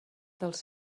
dels